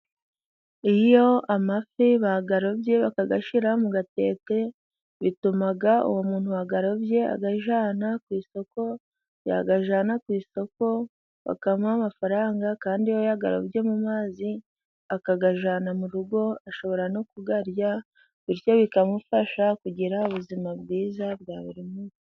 Iyo amafi bayarobye bakayashyira mu gatete bituma uwo muntu wayarobye ayajyana ku isoko, yayajyana ku isoko bakamuha amafaranga kandi iyo ya yarobye mu mazi akayajyana mu rugo, ashobora no kuyarya bityo bikamufasha kugira ubuzima bwiza bwa buri munsi.